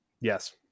Yes